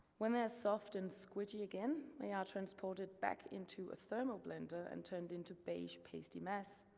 when they are soft and squishy again, they are transported back into a thermal blender and turned into beige, pasty mess,